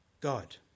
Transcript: God